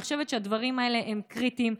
אני חושבת שהדברים האלה הם קריטיים,